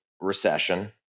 recession